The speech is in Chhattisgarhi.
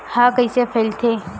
ह कइसे फैलथे?